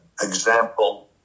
example